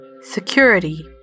Security